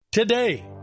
Today